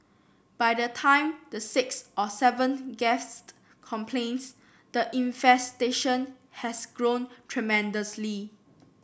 by the time the sixth or seventh guest complains the infestation has grown tremendously